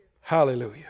Hallelujah